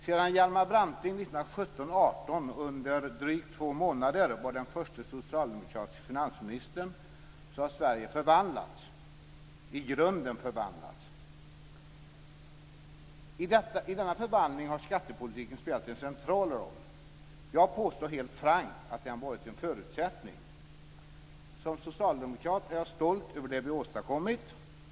Sedan Hjalmar Branting 1917 och 1918 under drygt två månader var den förste socialdemokratiske finansministern har Sverige i grunden förvandlats. I denna förvandling har skattepolitiken spelat en central roll. Jag påstår helt frankt att den har varit en förutsättning. Som socialdemokrat är jag stolt över det vi har åstadkommit.